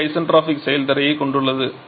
85 isentropic செயல்திறனைக் கொண்டுள்ளது